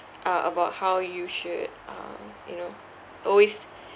uh about how you should um you know always